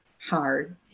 hard